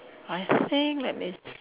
I think let me s~